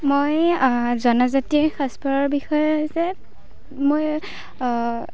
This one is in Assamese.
মই জনজাতিৰ সাজ পাৰৰ বিষয়ে যে মই